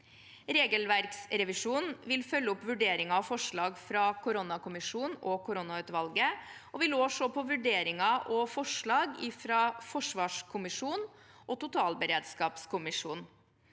Regelverksrevisjonen vil følge opp vurderinger og forslag fra koronakommisjonen og koronautvalget og vil også se på vurderinger og forslag fra forsvarskommisjonen og totalberedskapskommisjonen.